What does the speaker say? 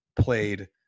played